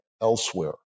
elsewhere